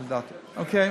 אוקיי.